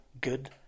good